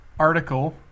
article